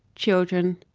children,